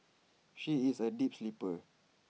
she is A deep sleeper